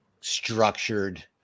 structured